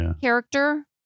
character